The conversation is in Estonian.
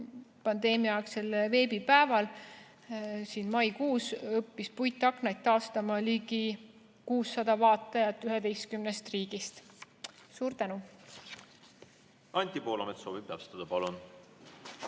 pandeemia ajal, selle veebipäeval maikuus õppis puitaknaid taastama ligi 600 vaatajat 11 riigist. Suur tänu! Anti Poolamets soovib täpsustada. Palun!